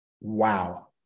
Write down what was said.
Wow